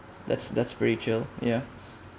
that's that's spiritual ya